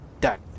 done